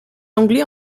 anglais